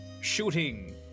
shooting